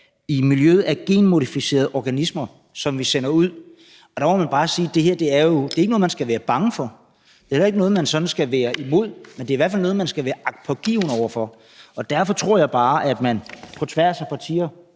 i miljøet af genmodificerede organismer, som vi sender ud. Og der må man bare sige, at det her ikke er noget, man skal være bange for. Det er heller ikke noget, man sådan skal være imod. Men det er i hvert fald noget, man skal være agtpågivende over for. Og derfor tror jeg bare, at man på tværs af partier,